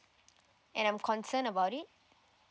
and I'm concerned about it